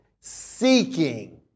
seeking